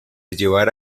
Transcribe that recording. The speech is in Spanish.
llevar